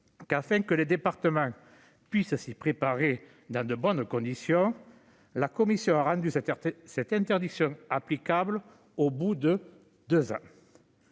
afin que les départements puissent se préparer à cette évolution dans de bonnes conditions, la commission a rendu cette interdiction applicable au bout de deux ans.